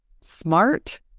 Smart